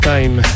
Time